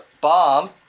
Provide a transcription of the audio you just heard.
bomb